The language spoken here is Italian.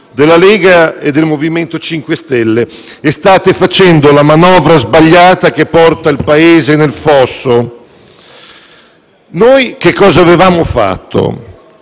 della Lega e del MoVimento 5 Stelle, e state facendo la manovra sbagliata, che porta il Paese nel fosso. Noi che cosa avevamo fatto